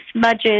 smudges